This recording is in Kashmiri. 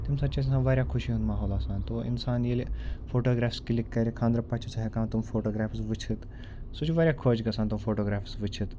تَمہِ ساتہٕ چھُ اَسہِ آسان واریاہ خوشی ہُنٛد ماحول آسان تو اِنسان ییٚلہِ فوٹوگرافٕس کِلِک کَرِ خانٛدرٕ پَتہٕ چھُ سُہ ہٮ۪کان تِم فوٹوگرافٕس وٕچھِتھ سُہ چھُ واریاہ خۄش گژھان تِم فوٹوگرافٕس وٕچھِتھ